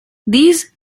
these